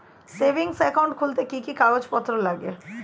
Savings account খুলতে কি কি কাগজপত্র লাগে?